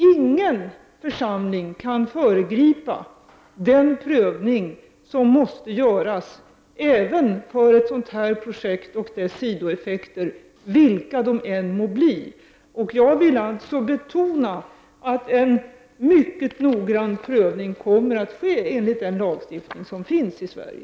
Ingen församling kan föregripa den prövning som måste göras även för ett sådant projekt och dess sidoeffekter, vilka de än må bli. Jag vill betona att en mycket noggrann prövning kommer att ske enligt den lagstiftning som finns i Sverige.